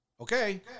Okay